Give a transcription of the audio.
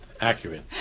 accurate